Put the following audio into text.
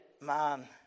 man